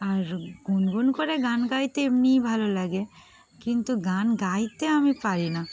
আর গুনগুন করে গান গাইতে এমনিই ভালো লাগে কিন্তু গান গাইতে আমি পারি না